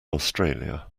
australia